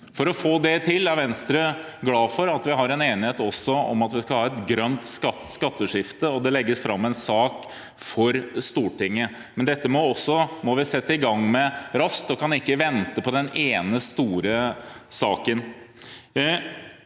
For å få det til er Venstre glad for at vi også har en enighet om at vi skal ha et grønt skatteskifte, og det legges fram en sak for Stortinget. Men dette må vi sette i gang med raskt, og vi kan ikke vente på den ene store saken.